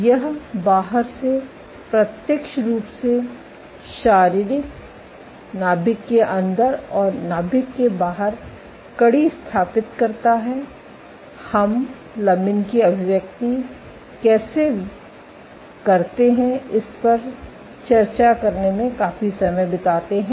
यह बाहर से प्रत्यक्ष रूप से शारीरिक नाभिक के अंदर और नाभिक बाहर कड़ी स्थापित करता है हम लमिन की अभिव्यक्ति कैसे करते हैं इस पर चर्चा करने में काफी समय बिताते हैं